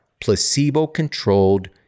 placebo-controlled